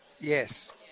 Yes